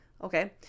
Okay